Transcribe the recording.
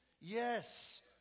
Yes